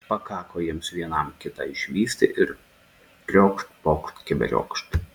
pakako jiems vienam kitą išvysti ir triokšt pokšt keberiokšt